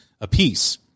Apiece